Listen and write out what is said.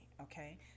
Okay